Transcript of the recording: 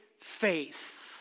faith